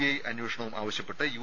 I അന്വേഷണവും ആവശ്യപ്പെട്ട് U